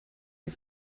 you